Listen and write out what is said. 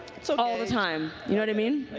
so all the time. you know what i mean?